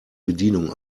bedienung